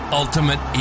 ultimate